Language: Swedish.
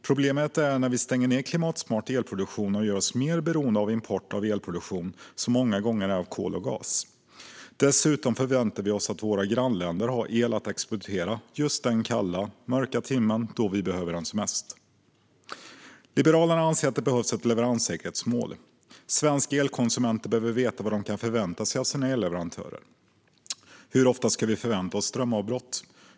Problemet uppstår när vi stänger ned klimatsmart elproduktion och gör oss mer beroende av import av el, som många gånger produceras med hjälp av kol eller gas. Dessutom förväntar vi oss att våra grannländer har el att exportera just den kalla, mörka timme då vi behöver den som mest. Liberalerna anser att det behövs ett leveranssäkerhetsmål. Svenska elkonsumenter behöver veta vad de kan förvänta sig av sina elleverantörer. Hur ofta ska vi förvänta oss strömavbrott?